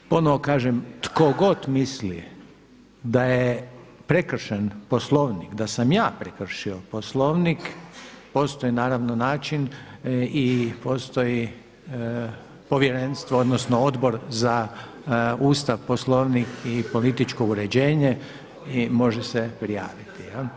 Ono kažem tko god misli da je prekršen Poslovnik, da sam ja prekršio Poslovnik postoji naravno način i postoji povjerenstvo odnosno Odbor za Ustav, Poslovnik i političko uređenje i može se prijaviti.